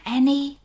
Annie